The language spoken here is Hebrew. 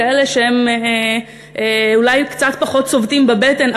כאלה שאולי קצת פחות צובטים בבטן,